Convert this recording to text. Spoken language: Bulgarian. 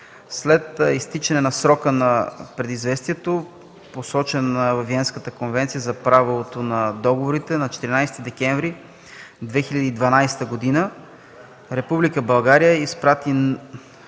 След изтичане на срока на предизвестието, посочен във Виенската конвенция за правото на договорите, на 14 декември 2012 г. Република България изпрати